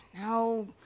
No